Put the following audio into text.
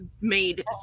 made